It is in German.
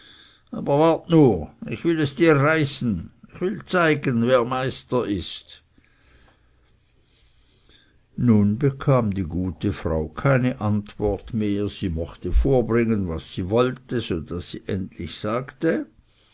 aber warte nur ich will es dir reisen ich will zeigen wer meister ist nun bekam die gute frau keine antwort mehr sie mochte vorbringen was sie wollte so daß sie endlich sagte